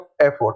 effort